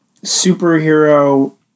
superhero